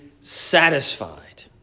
satisfied